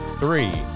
three